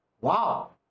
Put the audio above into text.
Wow